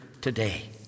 today